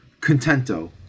contento